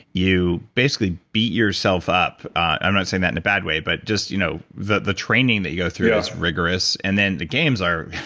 you basically beat yourself up, i'm not saying that in a bad way but just you know the the training that you go through is rigorous and then the games are,